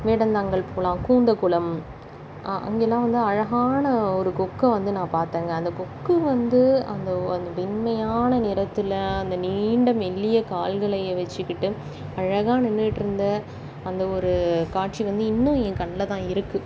வேடந்தாங்கலுக்கு போகலாம் கூந்தக்குளம் அங்கெல்லாம் வந்து அழகான ஒரு கொக்கை வந்து நான் பார்த்தேங்க அந்த கொக்கு வந்து அந்த அந்த வெண்மையான நிறத்தில் அந்த நீண்ட மெல்லிய கால்களை வச்சிக்கிட்டு அழகாக நின்றுக்கிட்ருந்த அந்த ஒரு காட்சி வந்து இன்னும் என் கண்லதான் இருக்குது